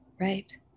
right